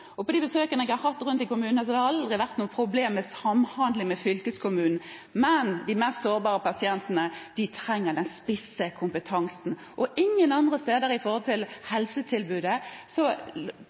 pasientene. På de besøkene jeg har hatt rundt i kommunene, har det aldri vært noe problem med samhandling med fylkeskommunen, men de mest sårbare pasientene trenger den spisse kompetansen. Ingen andre steder i helsetilbudet overfører man spesialisthelsefeltet til